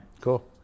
Cool